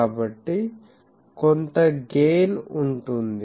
కాబట్టి కొంత గెయిన్ ఉంటుంది